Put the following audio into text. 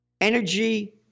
energy